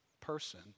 person